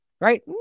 Right